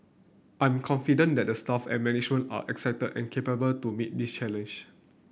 I'm confident that the staff and management are excited and capable to meet this challenge